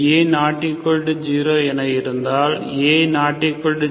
A≠0 என இருந்தாள்A≠0